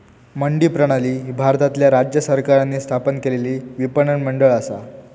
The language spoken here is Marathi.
मंडी प्रणाली ही भारतातल्या राज्य सरकारांनी स्थापन केलेला विपणन मंडळ असा